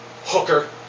hooker